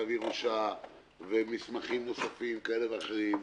צריכים להביא צו ירושה ומסמכים נוספים כאלה ואחרים.